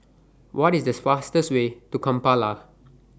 What IS The fastest Way to Kampala